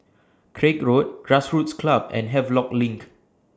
Craig Road Grassroots Club and Havelock LINK